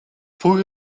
vroeger